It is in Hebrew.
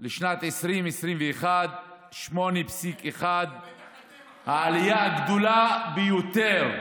בשנת 2021 הייתה 8.1. העלייה הגדולה ביותר,